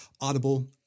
Audible